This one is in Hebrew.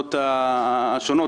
בוועדות השונות,